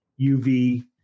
UV